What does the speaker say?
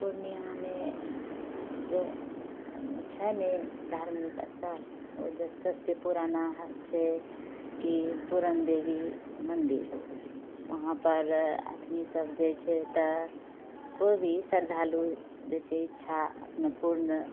पूर्णियामे जो छै ने धार्मिक स्थल ओ जे सबसँ पुराना छै कि पूरन देवी मन्दिर वहाँपर आदमीसब जाइ छै तऽ कोइभी श्रद्धालु जैसे इच्छा अपना पूर्ण